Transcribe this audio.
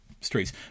streets